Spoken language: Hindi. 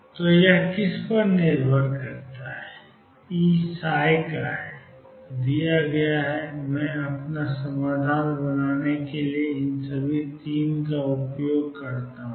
तो किस पर निर्भर करता है ई है दिया गया है और मैं अपना समाधान बनाने के लिए इन सभी 3 का उपयोग करता हूं